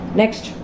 next